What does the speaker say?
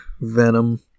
Venom